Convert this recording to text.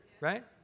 right